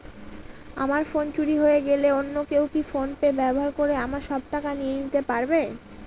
আমার ফোন চুরি হয়ে গেলে অন্য কেউ কি ফোন পে ব্যবহার করে আমার সব টাকা নিয়ে নিতে পারবে?